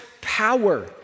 power